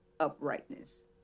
uprightness